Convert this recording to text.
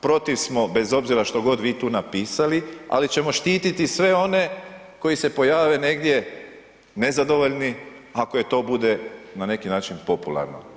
Protiv smo bez obzira što god vi tu napisali ali ćemo štiti sve one koji se pojave negdje nezadovoljni ako i to bude na neki način popularno.